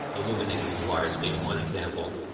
illuminating the wires being one example.